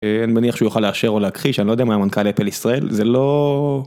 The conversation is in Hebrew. אני מניח שהוא יוכל לאשר או להכחיש אני לא יודע אם הוא היה מנכ״ל אפל ישראל זה לא.